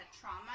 trauma